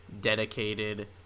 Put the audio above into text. dedicated